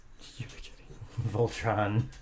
Voltron